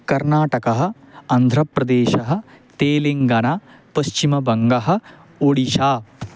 कर्नाटकः अन्ध्रप्रदेशः तेलेङ्गन पश्चिमबङ्गः ओडिशा